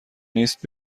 نیست